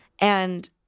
and-